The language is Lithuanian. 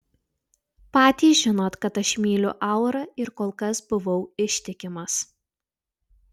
patys žinot kad aš myliu aurą ir kol kas buvau ištikimas